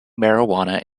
marijuana